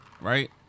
Right